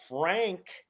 Frank